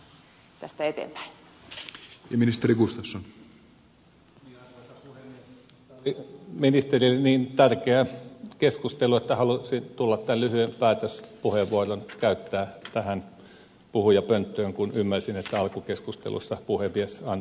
tämä oli ministerille niin tärkeä keskustelu että halusin tulla tämän lyhyen päätöspuheenvuoron käyttämään tähän puhujapönttöön kun ymmärsin että alkukeskustelussa puhemies antoi siihen luvan